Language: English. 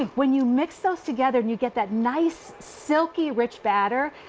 when you mick those together and you get that nice silky rich batter,